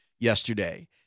yesterday